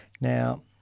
Now